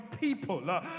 people